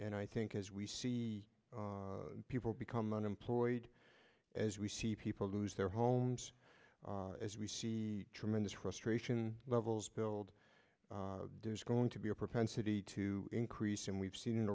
and i think as we see people become unemployed as we see people lose their homes as we see tremendous frustration levels build does going to be a propensity to increase and we've seen